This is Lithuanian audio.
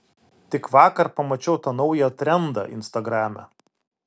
tik vakar pamačiau tą naują trendą instagrame